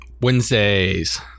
Wednesdays